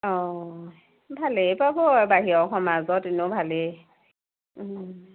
অ ভালেই পাব আৰু বাহিৰৰ সমাজত এনেও ভালেই